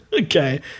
Okay